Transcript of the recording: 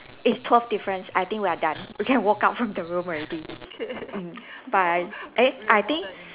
it's twelve difference I think we are done we can walk out from the room already mm bye eh I think